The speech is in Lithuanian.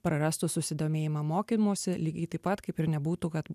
prarastų susidomėjimą mokymusi lygiai taip pat kaip ir nebūtų kad